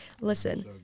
Listen